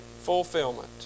fulfillment